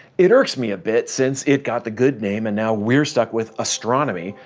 it irks me a bit, since it got the good name, and now we're stuck with astronomy,